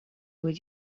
would